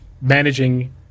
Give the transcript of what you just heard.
managing